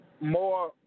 More